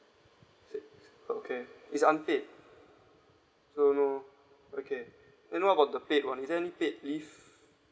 so okay it's unpaid so no okay then what about the paid one is there any paid leave